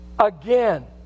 again